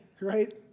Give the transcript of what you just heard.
right